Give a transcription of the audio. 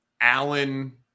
Allen